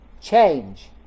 change